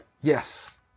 Yes